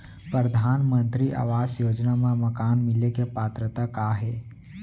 परधानमंतरी आवास योजना मा मकान मिले के पात्रता का हे?